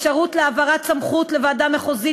אפשרות להעברת סמכות לוועדה מחוזית